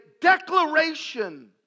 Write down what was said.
declaration